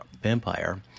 vampire